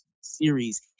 series –